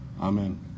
Amen